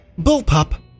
Bullpup